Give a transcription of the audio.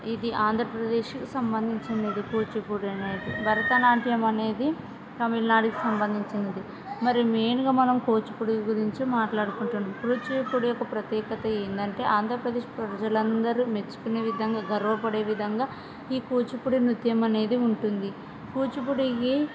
ఇది ఆంధ్రప్రదేశ్కి సంబంధించింది ఇది కూచిపూడి అనేది భరతనాట్యం అనేది తమిళనాడుకి సంబంధించినది మరి మెయిన్గా మనం కూచిపూడి గురించి మాట్లాడుకుంటున్నాం కూచిపూడి యొక్క ప్రత్యేకత ఏంటంటే ఆంధ్రప్రదేశ్ ప్రజలందరు మెచ్చుకునే విధంగా గర్వపడే విధంగా ఈ కూచిపూడి నృత్యం అనేది ఉంటుంది కూచిపూడికి